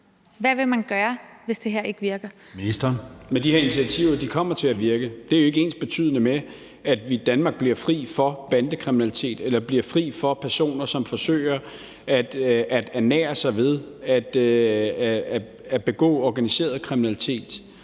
Justitsministeren (Peter Hummelgaard): Men de her initiativer kommer til at virke. Det er ikke jo ensbetydende med, at vi i Danmark bliver fri for bandekriminalitet eller bliver fri for personer, som forsøger at ernære sig ved at begå organiseret kriminalitet.